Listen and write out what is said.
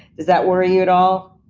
does that worry you at all?